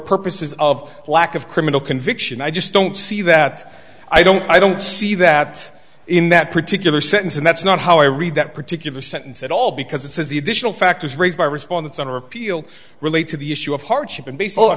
purposes of lack of criminal conviction i just don't see that i don't i don't see that in that particular sentence and that's not how i read that particular sentence at all because it says the additional factors raised by respondents under appeal relate to the issue of hardship in b